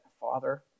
father